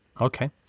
Okay